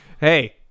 Hey